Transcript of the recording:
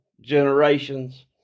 generations